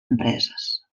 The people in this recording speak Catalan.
empreses